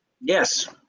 Yes